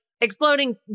Exploding